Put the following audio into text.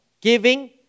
giving